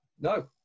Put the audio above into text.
no